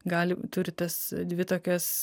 gali turi tas dvi tokias